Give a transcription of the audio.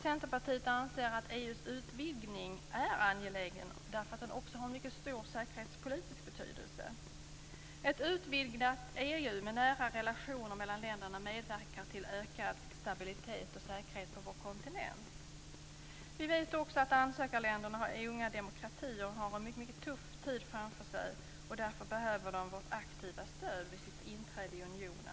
Centerpartiet anser att EU:s utvidgning är angelägen, eftersom den också har en mycket stor säkerhetspolitisk betydelse. Ett utvidgat EU med nära relationer mellan länderna medverkar till ökad stabilitet och säkerhet på vår kontinent. Vi vet också att ansökarländerna är unga demokratier och har en mycket tuff tid framför sig. De behöver därför vårt aktiva stöd vid sitt inträde i unionen.